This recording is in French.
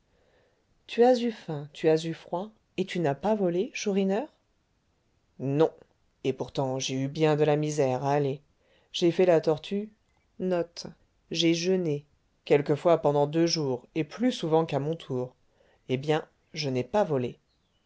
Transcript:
tu as eu faim tu as eu froid et tu n'as pas volé chourineur non et pourtant j'ai eu bien de la misère allez j'ai fait la tortue quelquefois pendant deux jours et plus souvent qu'à mon tour eh bien je n'ai pas volé